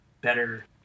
better